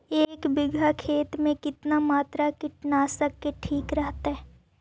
एक बीघा खेत में कितना मात्रा कीटनाशक के ठिक रहतय?